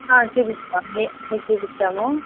చూపిస్తాము అన్ని మీకు చూపిస్తాము